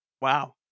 Wow